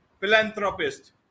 philanthropist